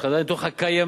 של חדרי הניתוח הקיימים?